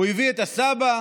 הוא הביא את הסבא,